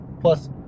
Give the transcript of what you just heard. plus